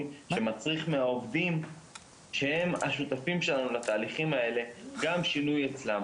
שמצריך מהעובדים שהם השותפים שלנו לתהליכים האלה גם שינוי אצלם.